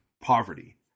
poverty